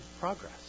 progress